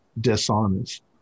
dishonest